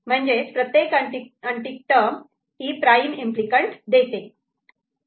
म्हणजेच प्रत्येक untick term ही प्राईम इम्पली कँट देते